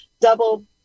double